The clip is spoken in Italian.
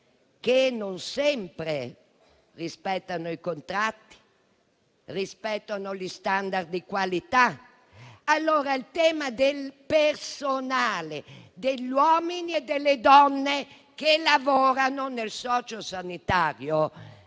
che non sempre rispettano i contratti e gli *standard* di qualità. Il tema del personale, degli uomini e delle donne che lavorano nel comparto